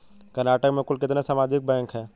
कर्नाटक में कुल कितने सामुदायिक बैंक है